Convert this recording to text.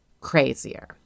crazier